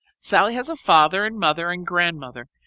sallie has a father and mother and grandmother,